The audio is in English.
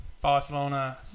Barcelona